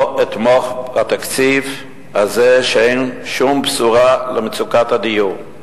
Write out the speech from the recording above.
אתמוך בתקציב הזה כשאין שום בשורה לגבי מצוקת הדיור.